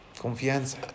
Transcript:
Confianza